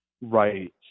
Right